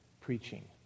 preaching